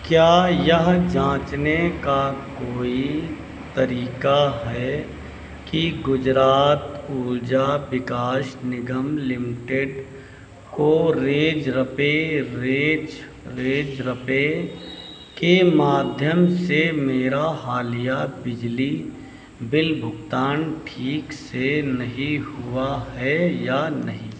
क्या यह जाँचने का कोई तरीक़ा कि गुजरात ऊर्जा विकास निगम लिमिटेड को रेज रपे रेजर पे के माध्यम से मेरा हालिया बिजली बिल भुगतान ठीक से नहीं हुआ है या नहीं